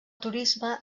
turisme